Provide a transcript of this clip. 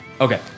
Okay